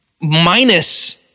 Minus